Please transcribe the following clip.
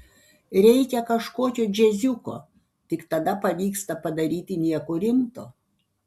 reikia kažkokio džiaziuko tik tada pavyksta padaryti nieko rimto